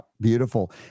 beautiful